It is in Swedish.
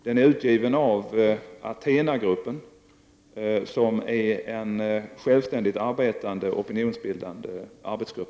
Den är utgiven av Athenagruppen, som är en självständigt arbetande opinionsbildande arbetsgrupp.